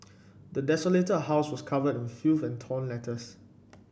the desolated house was covered in filth and torn letters